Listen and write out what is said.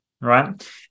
right